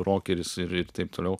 rokeris ir ir taip toliau